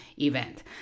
event